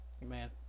Man